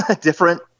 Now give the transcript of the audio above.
different